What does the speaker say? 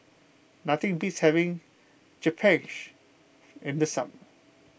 nothing beats having Japchae in the summer